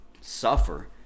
Suffer